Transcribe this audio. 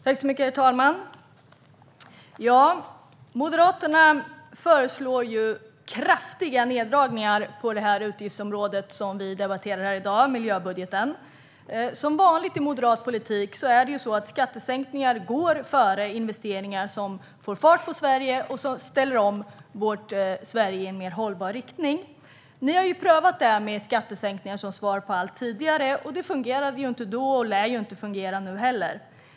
Herr talman! Moderaterna föreslår kraftiga neddragningar på utgiftsområdet som vi debatterar här i dag, på miljöbudgeten. Som vanligt i moderat politik går skattesänkningar före investeringar som får fart på Sverige och ställer om vårt land i en mer hållbar riktning. Ni har ju prövat skattesänkningar som svar på allt tidigare. Det fungerade inte då och lär inte fungera nu heller.